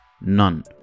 none